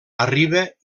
arriba